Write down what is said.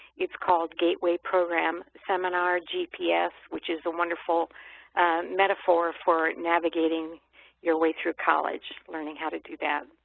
it's called gateway program seminar gps, which is the wonderful metaphor for navigating your way through college, learning how to do that.